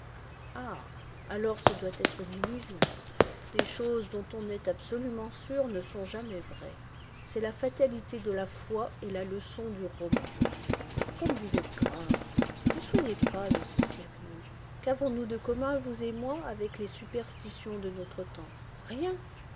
ah alors ce doit être une illusion les choses dont on est absolument sûr ne sont jamais vraies c'est la fatalité de la foi et la leçon du roman comme vous êtes grave ne soyez pas aussi sérieux qu'avons-nous de commun vous et moi avec les superstitions de notre temps rien